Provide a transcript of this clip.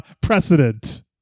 precedent